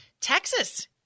Texas